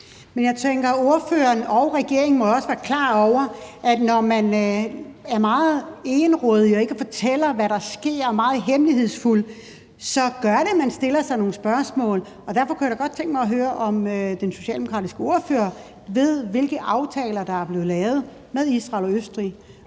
Jeg tænker, at ordføreren og regeringen også må være klar over, at når man er meget egenrådig og ikke fortæller, hvad der sker, og er meget hemmelighedsfuld, så gør det, at man får stillet nogle spørgsmål. Og derfor kunne jeg da godt tænke mig at høre, om den socialdemokratiske ordfører ved, hvilke aftaler der er blevet lavet med Israel og Østrig,